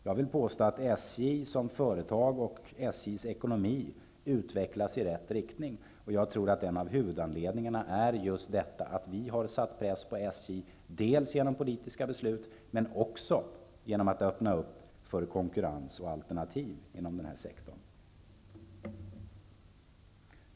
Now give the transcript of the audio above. Jag vill påstå att SJ som företag och SJ:s ekonomi utvecklas i rätt riktning. Jag tror att en av huvudanledningarna är just att vi har satt press på SJ dels genom politiska beslut, dels genom att öppna upp för konkurrens och alternativ inom denna sektor.